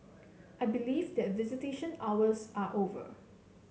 I believe that visitation hours are over